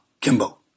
Kimbo